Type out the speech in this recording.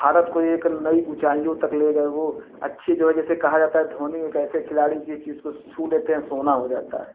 भारत को एक नई ऊंचाइयों तक ले गए वो अच्छी जो है जिसे कहा जाता है धोनी एक ऐसे खिलाड़ी जिस चीज को सूघ लेते हैं सोना हो जाता है